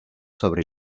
sobre